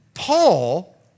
Paul